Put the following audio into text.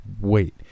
Wait